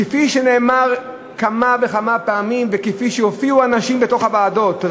כפי שנאמר כמה וכמה פעמים וכפי שהעידו אנשים בוועדות,